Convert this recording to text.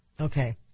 Okay